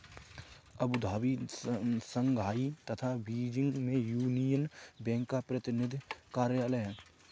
Abu Dhabi, Shanghai तथा Beijing में Union Bank का प्रतिनिधि कार्यालय है?